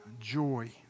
joy